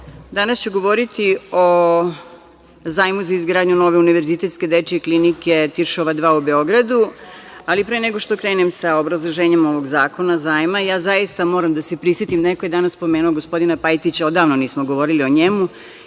danas ću govoriti o zajmu za izgradnju nove UDK Tiršova 2. u Beogradu, ali pre nego što krenem sa obrazloženjem ovog zakona zajma, moram da se prisetim, neko je danas spomenuo gospodina Pajtića, a odavno nismo govorili o njemu